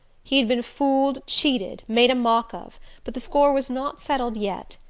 he had been fooled, cheated, made a mock of but the score was not settled yet.